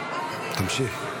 תמשיך.